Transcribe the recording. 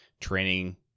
training